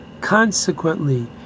consequently